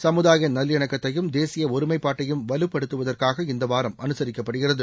சமுதாய நல்லிணக்கத்தையும் தேசிய ஒருமைப்பாட்டையும் வலுப்படுத்துவதற்காக இந்த வாரம் அனுசரிக்கப்படுகிறது